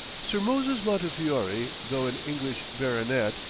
sir moses montefiore, though an english baronet,